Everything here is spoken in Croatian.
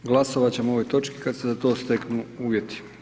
Glasovati ćemo o ovoj točki kada se za to steknu uvjeti.